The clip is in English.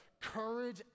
courage